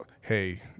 Hey